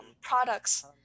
products